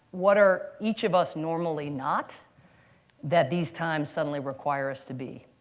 what are each of us normally not that these times suddenly require us to be?